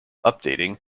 updating